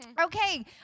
Okay